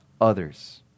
others